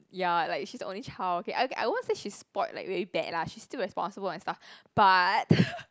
ya like she's the only child okay I I won't say she's spoilt like very bad lah she's still responsible and stuff but